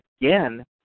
again